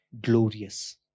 glorious